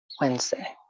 Wednesday